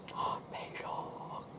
oh my god